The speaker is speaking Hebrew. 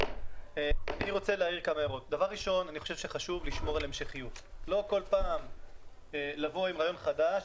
אני חושב שחשוב לשמור על המשכיות - לא כל פעם לבוא עם רעיון חדש,